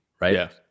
right